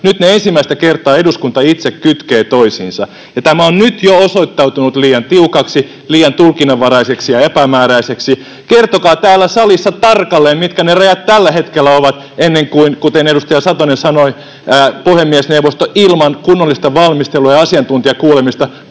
Nyt ne ensimmäistä kertaa eduskunta itse kytkee toisiinsa. Tämä on nyt jo osoittautunut liian tiukaksi, liian tulkinnanvaraiseksi ja epämääräiseksi. Kertokaa täällä salissa tarkalleen, mitkä ne rajat tällä hetkellä ovat, ennen kuin, kuten edustaja Satonen sanoi, puhemiesneuvosto ilman kunnollista valmistelua ja asiantuntijakuulemista tulee